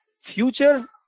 future